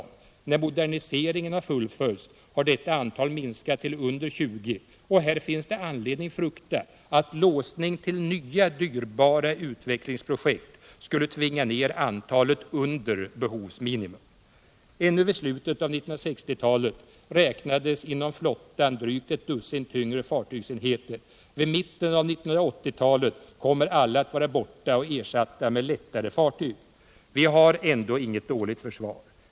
När Nr 69 moderniseringen har fullföljts har detta antal minskat till under 20, och här Onsdagen den finns det anledning frukta att låsning till nya dyrbara utvecklingsprojekt 1 februari 1978 skulle tvinga ner antalet under behovsminimum. Ännu vid slutet av 1960-talet räknades inom flottan drygt ett dussin tyngre fartygsenheter. Vid mitten av 1980-talet kommer alla att vara borta och ersatta med lättare fartyg. Vi har ändå inget dåligt försvar.